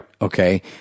Okay